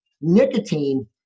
Nicotine